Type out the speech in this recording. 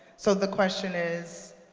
so the question is,